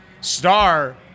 star